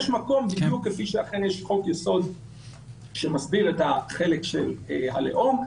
כפי שיש חוק יסוד שמסביר את החלק של הלאום,